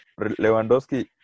Lewandowski